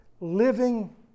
living